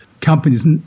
companies